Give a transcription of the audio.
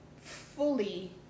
fully